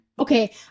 Okay